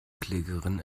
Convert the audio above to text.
klägerin